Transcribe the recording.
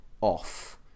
off